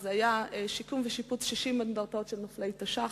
היה שיקום ושיפוץ 60 אנדרטאות של נופלי תש"ח,